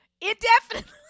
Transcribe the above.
indefinitely